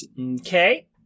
Okay